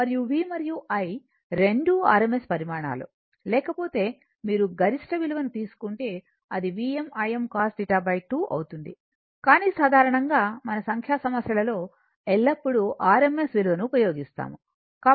మరియు V మరియు I రెండూ rms పరిమాణాలు లేకపోతే మీరు గరిష్ట విలువను తీసుకుంటే అది Vm Im cos θ 2 అవుతుంది కాని సాధారణంగా మన సంఖ్యా సమస్యలలో ఎల్లప్పుడూ rms విలువను ఉపయోగిస్తాము